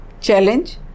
challenge